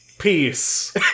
peace